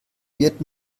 wird